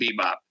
bebop